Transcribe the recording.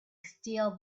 still